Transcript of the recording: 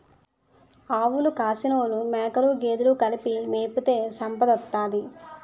ఆవులు కాసినోలు మేకలు గేదెలు కలిపి మేపితే సంపదోత్తది